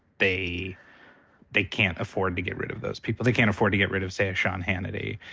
they they can't afford to get rid of those people. they can't afford to get rid of, say, a sean hannity.